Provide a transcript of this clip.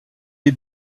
est